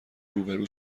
روبرو